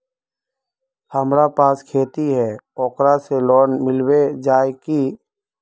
हमरा पास खेती है ओकरा से लोन मिलबे जाए की?